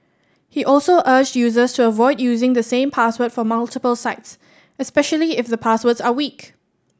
he also urged users to avoid using the same password for multiple sites especially if the passwords are weak